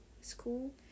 school